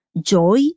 joy